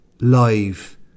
live